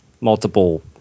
Multiple